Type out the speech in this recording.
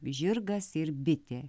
žirgas ir bitė